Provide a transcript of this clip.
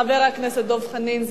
חבר הכנסת דב חנין,